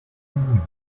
mundo